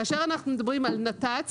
כאשר אנחנו מדברים על נת"צ,